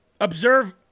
observe